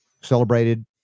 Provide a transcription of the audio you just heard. celebrated